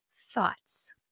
thoughts